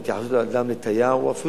ההתייחסות לאדם ולתייר,